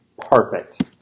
Perfect